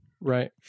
right